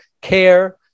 care